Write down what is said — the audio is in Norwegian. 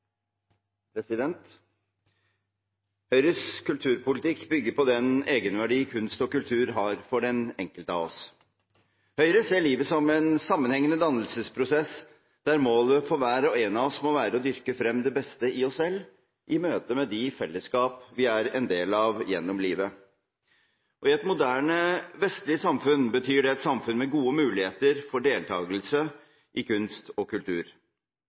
avsluttet. Høyres kulturpolitikk bygger på den egenverdi kunst og kultur har for den enkelte av oss. Høyre ser livet som en sammenhengende dannelsesprosess der målet for hver og en av oss må være å dyrke frem det beste i oss selv i møte med de fellesskap vi er en del av gjennom livet. I et moderne vestlig samfunn betyr det et samfunn med gode muligheter for deltagelse i kunst og kultur.